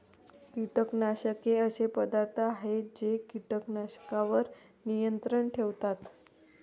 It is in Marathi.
कीटकनाशके असे पदार्थ आहेत जे कीटकांवर नियंत्रण ठेवतात